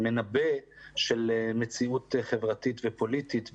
היא מנבא של מציאות חברתית ופוליטית.